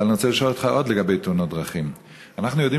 אבל אני רוצה לשאול אותך עוד לגבי תאונות דרכים: אנחנו יודעים